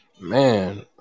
Man